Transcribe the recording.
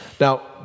Now